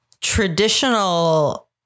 traditional